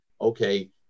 okay